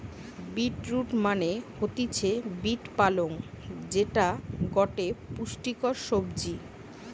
beet root মানে হতিছে beet পালং যেটা গটে পুষ্টিকর সবজি